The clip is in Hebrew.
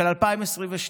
של 2022,